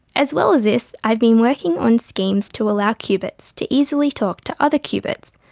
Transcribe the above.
as well as this, i've been working on schemes to allow qubits to easily talk to other qubits,